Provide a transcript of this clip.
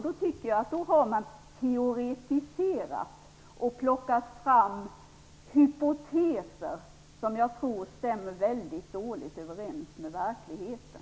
Då har man teoretiserat och plockat fram hypoteser, som jag tror stämmer väldigt dåligt överens med verkligheten.